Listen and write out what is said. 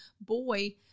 boy